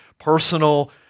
Personal